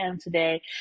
today